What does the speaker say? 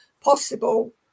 possible